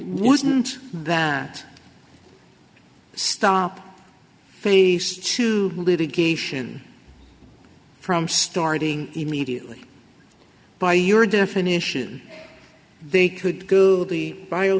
wouldn't that stop face to litigation from starting immediately by your definition they could go